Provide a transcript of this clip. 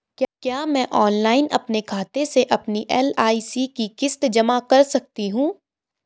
क्या मैं ऑनलाइन अपने खाते से अपनी एल.आई.सी की किश्त जमा कर सकती हूँ?